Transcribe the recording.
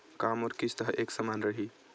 का मोर किस्त ह एक समान रही?